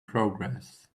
progress